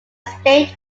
state